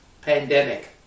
pandemic